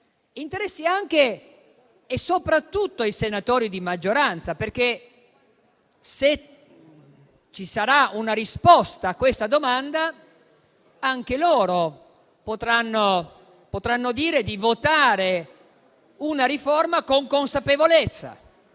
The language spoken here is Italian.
a tutti, anche e soprattutto ai senatori di maggioranza. Se infatti ci sarà una risposta a questa domanda, anche loro potranno dire di votare una riforma con consapevolezza,